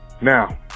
now